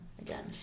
again